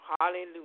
Hallelujah